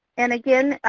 and again,